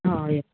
हय